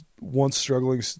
once-struggling